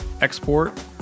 export